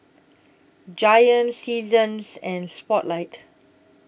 Giant Seasons and Spotlight